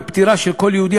בפטירה של כל יהודי,